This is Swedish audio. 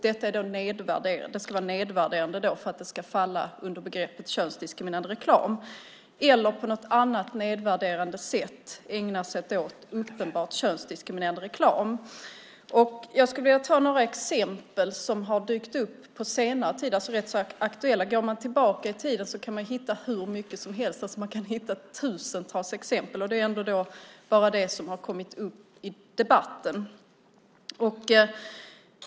Det ska vara nedvärderande för att det ska falla under begreppet könsdiskriminerade reklam eller på något annat nedvärderande sätt vara ägnat åt uppenbart könsdiskriminerande reklam. Jag skulle vilja ta några exempel som har dykt upp på senare tid, alltså rätt så aktuella. Går man tillbaka i tiden kan man hitta hur mycket som helst. Man kan hitta tusentals exempel, och det är ändå bara det som har kommit upp i debatten.